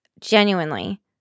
Genuinely